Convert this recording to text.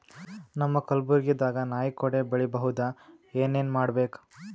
ನಮ್ಮ ಕಲಬುರ್ಗಿ ದಾಗ ನಾಯಿ ಕೊಡೆ ಬೆಳಿ ಬಹುದಾ, ಏನ ಏನ್ ಮಾಡಬೇಕು?